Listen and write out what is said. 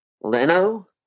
Leno